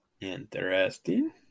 Interesting